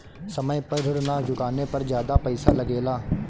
समय पर ऋण ना चुकाने पर ज्यादा पईसा लगेला?